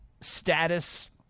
status